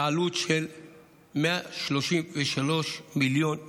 בעלות של 133 מיליון ש"ח.